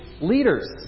leaders